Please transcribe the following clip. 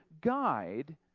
guide